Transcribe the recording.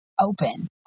open